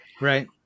Right